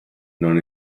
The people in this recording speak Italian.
non